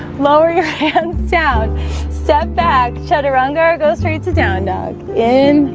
lower your hands down step back chaturanga or go straight to down dog in